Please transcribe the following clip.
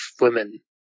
women